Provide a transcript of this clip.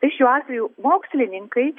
tai šiuo atveju mokslininkai